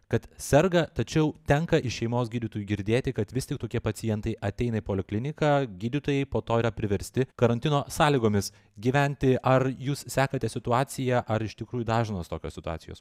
kad serga tačiau tenka iš šeimos gydytojų girdėti kad vis tik tokie pacientai ateina į polikliniką gydytojai po to yra priversti karantino sąlygomis gyventi ar jūs sekate situaciją ar iš tikrųjų dažnos tokios situacijos